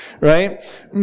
Right